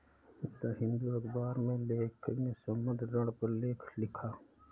the Hindu अखबार में लेखक ने संबंद्ध ऋण पर लेख लिखा